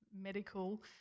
medical